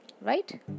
right